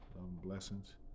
blessings